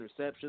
interceptions